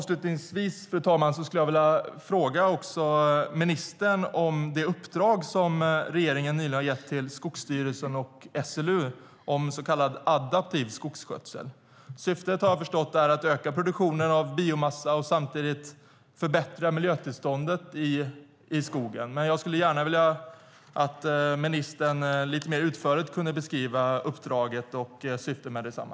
Avslutningsvis vill jag fråga ministern om det uppdrag som regeringen nyligen har gett Skogsstyrelsen och SLU om så kallad adaptiv skogsskötsel. Jag har förstått att syftet är att öka produktionen av biomassa och samtidigt förbättra miljötillståndet i skogen. Kan ministern lite mer utförligt beskriva uppdraget och syftet med detsamma?